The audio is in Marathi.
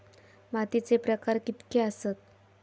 मातीचे प्रकार कितके आसत?